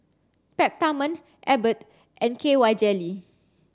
Peptamen Abbott and K Y Jelly